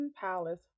Palace